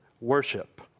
worship